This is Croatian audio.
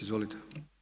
Izvolite.